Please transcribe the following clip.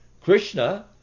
Krishna